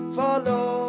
follow